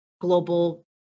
global